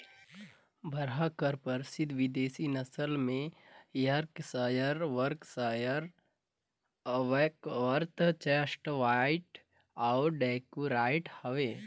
बरहा कर परसिद्ध बिदेसी नसल में Yorkshire, Berkshire, Tamworth, Chester White अउ ड्यूरॉक हवे